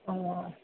ஆ